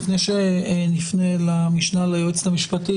לפני שנפנה למשנה ליועצת המשפטית,